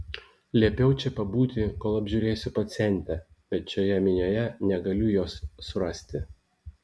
liepiau čia pabūti kol apžiūrėsiu pacientę bet šioje minioje negaliu jos surasti